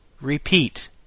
repeat